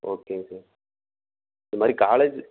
okay sir இந்தமாரி college